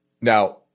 Now